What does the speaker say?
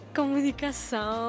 Comunicação